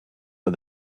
but